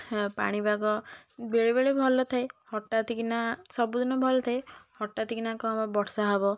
ହଁ ପାଣିପାଗ ବେଳେବେଳେ ଭଲଥାଏ ହଠାତ୍ କିନା ସବୁଦିନ ଭଲଥାଏ ହଠାତ୍ କିନା କ'ଣ ବର୍ଷା ହବ